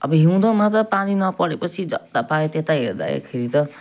अब हिउँदमा त पानी नपरेपछि जत्ता पायो त्यता हेर्दाखेरि त